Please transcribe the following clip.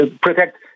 protect